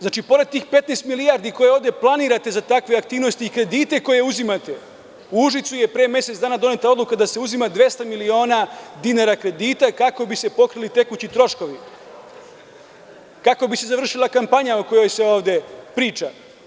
Znači, pored tih 15 milijardi koje ovde planirate za takve aktivnosti i kredite koje uzimate u Užicu je pre mesec dana doneta odluka da se uzima 200 miliona dinara kredita kako bi se pokrili tekući troškovi, kako bi se završila kampanja o kojoj se ovde priča.